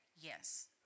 yes